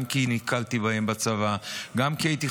גם כי נתקלתי בה בצבא,